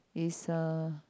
is a